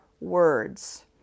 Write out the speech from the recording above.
words